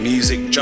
Music